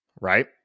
Right